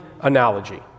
analogy